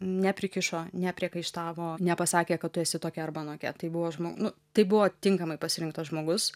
neprikišo nepriekaištavo nepasakė kad tu esi tokia arba anokia tai buvo nu tai buvo tinkamai pasirinktas žmogus